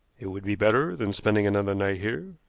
it would be better than spending another night here,